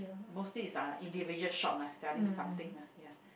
mostly is uh individual shop lah selling something lah ya